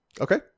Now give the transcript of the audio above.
okay